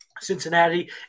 Cincinnati